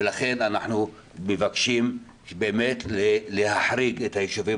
ולכן אנחנו מבקשים באמת להחריג את היישובים